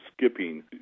skipping